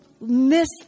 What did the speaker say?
miss